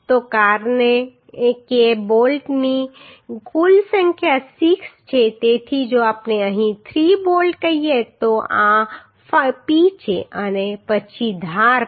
તો કારણ કે બોલ્ટની કુલ સંખ્યા 6 છે તેથી જો આપણે અહીં 3 બોલ્ટ કહીએ તો આ P છે અને પછી ધાર